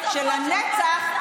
זה סופו של כל גזען.